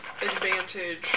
advantage